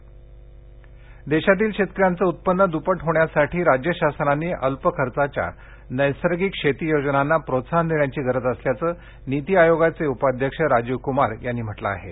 कृषी विकास नीती देशातील शेतकऱ्यांचं उत्पन्न दुप्पट होण्यासाठी राज्य शासनांनी अल्प खर्चाच्या नैसर्गिक शेती योजनांना प्रोत्साहन देण्याची गरज असल्याचं नीती आयोगाचे उपाध्यक्ष राजीव कुमार यांनी म्हटलं आहे